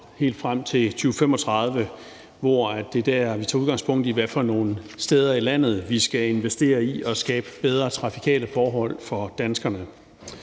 helt frem til 2035, og det er dér, vi tager udgangspunkt i, hvad for nogle steder i landet vi skal investere i og skabe bedre trafikale forhold for danskerne.